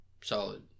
solid